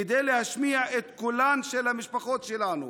כדי להשמיע את קולן של המשפחות שלנו,